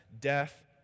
death